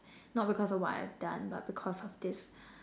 not because of what I've done but because of this